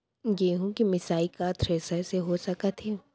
गेहूँ के मिसाई का थ्रेसर से हो सकत हे?